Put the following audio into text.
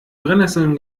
brennnesseln